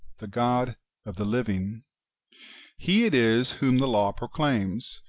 the god of the living he it is whom the law proclaims,